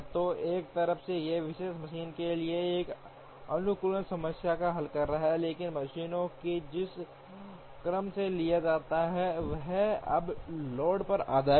तो एक तरफ यह एक विशेष मशीन के लिए एक अनुकूलन समस्या का हल करता है लेकिन मशीनों को जिस क्रम में लिया जाता है वह अब लोड पर आधारित है